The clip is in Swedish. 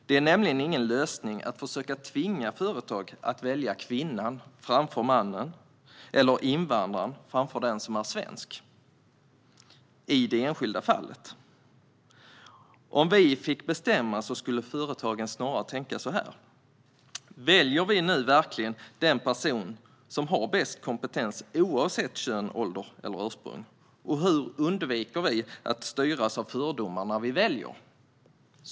Det är nämligen ingen lösning i det enskilda fallet att försöka tvinga företag att välja kvinnan framför mannen eller invandraren framför den som är svensk. Om vi fick bestämma skulle företagen snarare tänka på följande sätt: Väljer vi nu verkligen den person som har bäst kompetens oavsett kön, ålder eller ursprung, och hur undviker vi att styras av fördomar när vi väljer?